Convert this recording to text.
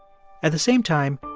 at the same time,